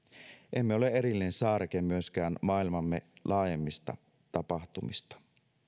emme ole erillinen saareke myöskään maailmamme laajemmista tapahtumista